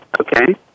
okay